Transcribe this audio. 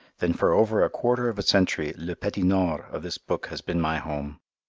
then for over a quarter of a century le petit nord of this book has been my home.